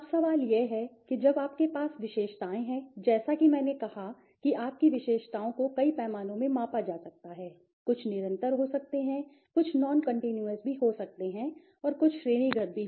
अब सवाल यह है कि जब आपके पास विशेषताएँ हैं जैसा कि मैंने कहा कि आपकी विशेषताओं को कई पैमानों में मापा जा सकता है कुछ निरंतर हो सकते हैं कुछ नॉन कंटीन्यूअस भी हो सकते हैं श्रेणीगत भी